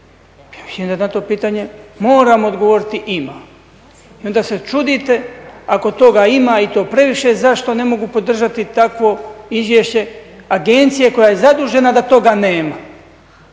I onda se čudite ako toga ima i to previše, zašto ne mogu podržati takvo izvješće agencije koja je zadužena da toga nema.